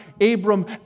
Abram